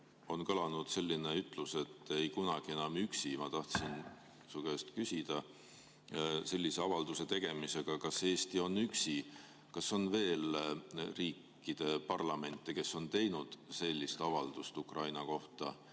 On kõlanud selline ütlus, et ei kunagi enam üksi. Ma tahtsin su käest küsida, kas sellise avalduse tegemisega on Eesti üksi. Kas on veel riikide parlamente, kes on teinud sellise avalduse Ukraina kohta